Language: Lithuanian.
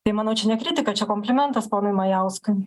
tai manau čia ne kritika čia komplimentas ponui majauskui